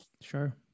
Sure